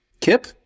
Kip